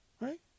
right